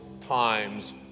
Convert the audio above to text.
times